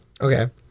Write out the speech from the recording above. Okay